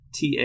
TA